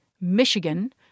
Michigan